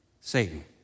Satan